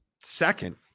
second